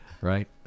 Right